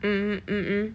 mm mm mm mm